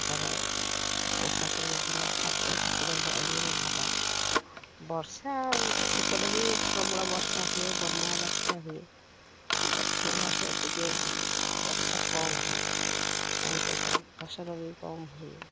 ତାଙ୍କର ପୋଷାକ ବି ଭଲ ଖାଦ୍ୟ ସେପଟେ ଏରିଆରେ ଭଲ ବର୍ଷା ସେପଟେ ବି ପ୍ରବଳ ବର୍ଷା ହୁଏ ବନ୍ୟା ବାତ୍ୟା ହୁଏ ଦକ୍ଷିଣ ଭାରତରେ ଟିକେ ବର୍ଷା କମ୍ ହୁଏ ପାଣିପାଗ ଫସଲ ବି କମ୍ ହୁଏ